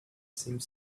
same